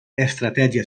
estratègia